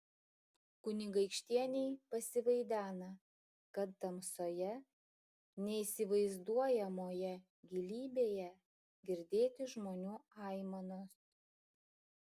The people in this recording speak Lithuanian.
kunigaikštienei pasivaidena kad tamsoje neįsivaizduojamoje gilybėje girdėti žmonių aimanos